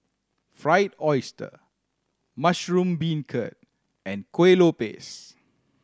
Fried Oyster mushroom beancurd and Kuih Lopes